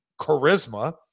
charisma